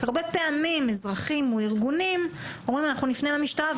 הרבה פעמים אזרחים או ארגונים אומרים אנחנו נפנה למשטרה,